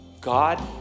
God